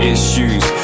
Issues